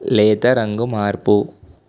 లేత రంగు మార్పు